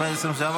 התשפ"ד 2024,